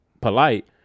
polite